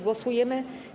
Głosujemy.